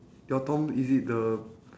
your tom is it the